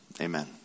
amen